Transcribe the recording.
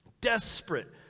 Desperate